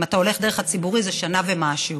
אם אתה הולך דרך הציבורי, זה שנה ומשהו.